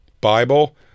Bible